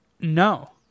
No